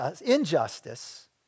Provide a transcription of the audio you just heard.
Injustice